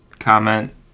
Comment